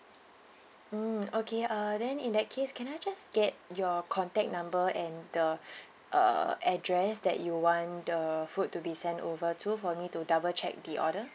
mm okay uh then in that case can I just get your contact number and the uh address that you want the food to be sent over to for me to double check the order